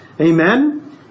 Amen